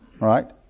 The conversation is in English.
Right